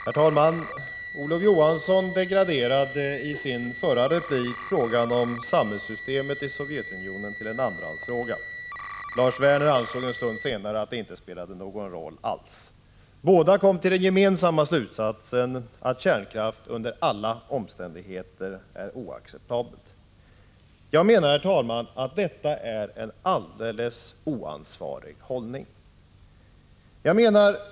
Herr talman! Olof Johansson degraderade i sin förra replik frågan om samhällssystemet i Sovjetunionen till en andrahandsfråga. Lars Werner ansåg en stund senare att det inte spelade någon roll alls. Båda kom till den gemensamma slutsatsen att kärnkraft under alla omständigheter är oacceptabel. Jag menar, herr talman, att detta är en alldeles oansvarig hållning.